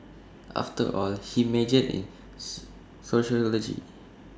after all he majored in sociology